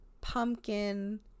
Pumpkin